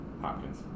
Hopkins